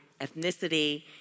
ethnicity